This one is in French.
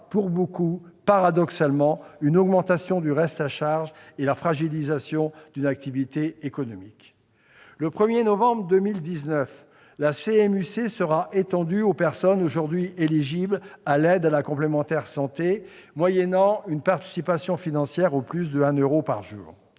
pour beaucoup, paradoxalement, un accroissement du reste à charge et la fragilisation d'une activité économique. Le 1 novembre 2019, la CMU-C sera étendue aux personnes aujourd'hui éligibles à l'aide à la complémentaire santé, moyennant une participation financière de un euro par jour